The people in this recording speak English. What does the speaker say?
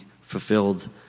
fulfilled